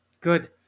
good